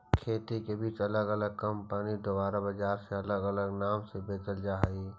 खेती के बिचा अलग अलग कंपनिअन द्वारा बजार में अलग अलग नाम से बेचल जा हई